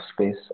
space